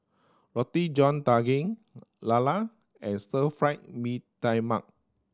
Roti John Daging lala and Stir Fried Mee Tai Mak